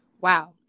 wow